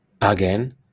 Again